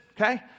Okay